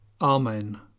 Amen